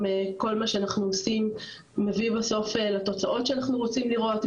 כל מה שאנחנו עושים מביא בסוף לתוצאות שאנחנו רוצים לראות,